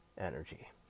energy